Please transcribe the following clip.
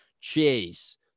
Chase